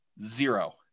zero